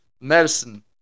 medicine